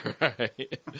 right